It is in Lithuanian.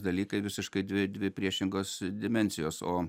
dalykai visiškai dvi dvi priešingos dimensijos o